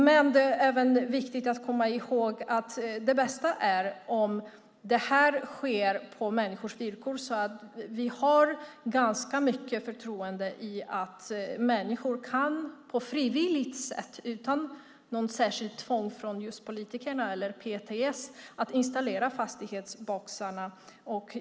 Det är även viktigt att komma ihåg att det bästa är om detta sker på människors villkor så att vi har ganska mycket förtroende för att människor på frivilligt sätt, utan något särskilt tvång från politikerna eller PTS, kan installera fastighetsboxarna.